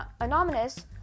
anonymous